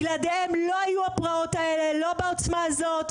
בלעדיהם לא היו הפרעות האלה לא בעוצמה הזאת,